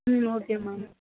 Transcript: okay ma'am